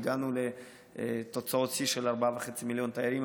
והגענו לתוצאות שיא של 4.5 מיליון תיירים,